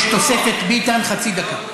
יש תוספת ביטן חצי דקה.